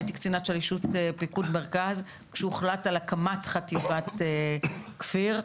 הייתי קצינת שלישות פיקוד מרכז כשהוחלט על הקמת חטיבת כפיר,